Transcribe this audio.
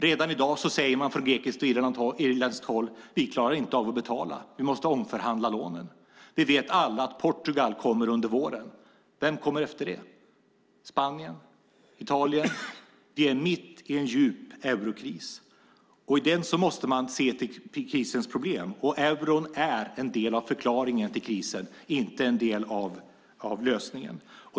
Redan i dag säger man från grekiskt och irländskt håll: Vi klarar inte av att betala. Vi vill omförhandla lånen. Vi vet att Portugal kommer under våren. Vem kommer efter det? Är det Spanien eller Italien? Vi är mitt i en djup eurokris. I den måste man se till krisens problem. Euron är en del av förklaringen till krisen och inte en del av lösningen.